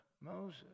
Moses